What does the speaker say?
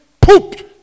pooped